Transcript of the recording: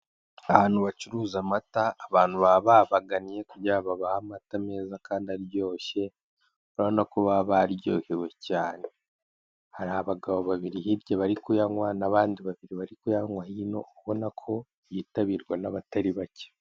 Ahantu bacuruza amata abantu baba babagannye kugira ngo babahe amata meza kandi aryoshye, urabona ko baba baryohewe cyane, hari abagabo babiri hirya bari kuyanywa n'abandi babiri bari kuyanywa hino, ubona ko yitabirwa n'abatari bake.